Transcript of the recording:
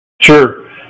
Sure